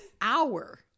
hour